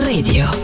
Radio